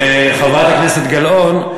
חברת הכנסת גלאון,